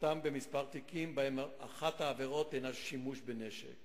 מספר התיקים שבהם אחת העבירות הינה השימוש בנשק